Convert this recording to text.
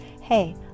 Hey